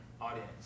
audience